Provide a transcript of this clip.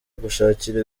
gushakira